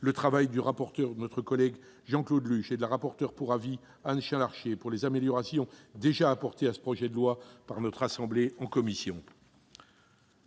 le travail du rapporteur Jean-Claude Luche et de la rapporteure pour avis Anne Chain-Larché pour les améliorations déjà apportées à ce projet de loi par notre assemblée en commission.